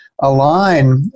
align